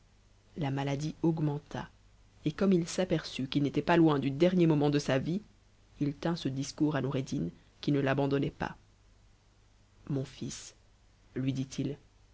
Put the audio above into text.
la ma adie augmenta et comme il s'aperçut qu'u n'était pas loin du dernier tumuent de sa vie il tint ce discours à noureddin qui ne l'abandonnait os mon fils lui dit-il